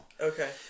Okay